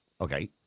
Okay